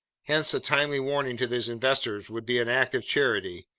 hence a timely warning to those investors would be an act of charity.